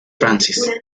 francis